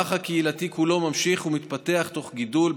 המערך הקהילתי כולו ממשיך ומתפתח תוך גידול,